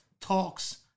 talks